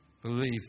Believe